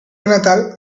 natal